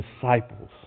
disciples